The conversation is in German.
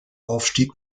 aufstieg